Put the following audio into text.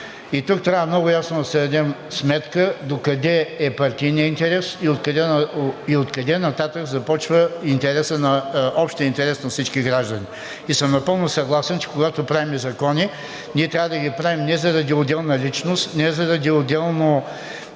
тук трябва много ясно да си дадем сметка докъде е партийният интерес и откъде нататък започва общият интерес на всички граждани. Напълно съм съгласен, че когато правим закони, ние трябва да ги правим не заради отделна личност, не заради отделно